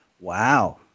Wow